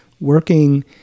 working